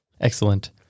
Excellent